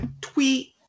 tweet